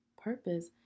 purpose